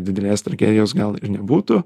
didelės tragedijos gal ir nebūtų